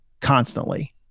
constantly